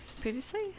previously